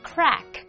Crack